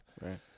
Right